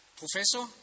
professor